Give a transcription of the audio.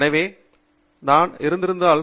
எனவே நான் இருந்திருந்தால்